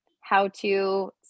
how-to